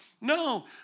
No